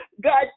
God